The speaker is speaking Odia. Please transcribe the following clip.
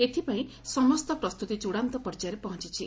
ଏଥିପାଇଁ ସମସ୍ତ ପ୍ରସ୍ତୁତି ଚୂଡ଼ାନ୍ତ ପର୍ଯ୍ୟାୟରେ ପହଞ୍ଚିଛି